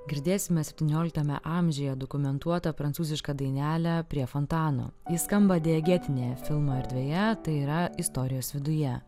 girdėsime septynioliktame amžiuje dokumentuotą prancūzišką dainelę prie fontano ji skamba diagetineje filmo erdvėje tai yra istorijos viduje